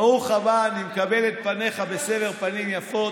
ברוך הבא, אני מקבל את פניך בסבר פנים יפות,